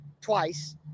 twice